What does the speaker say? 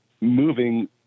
moving